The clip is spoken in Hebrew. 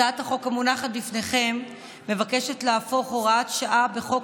הצעת החוק המונחת בפניכם מבקשת להפוך הוראת שעה בחוק